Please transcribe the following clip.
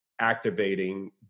activating